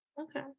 Okay